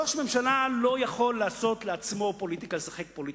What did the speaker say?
ראש ממשלה לא יכול לשחק פוליטיקה.